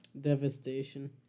Devastation